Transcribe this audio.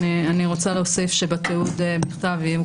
אני רוצה להוסיף שבתיעוד בכתב יהיו